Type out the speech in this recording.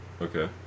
Okay